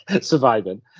surviving